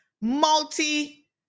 multi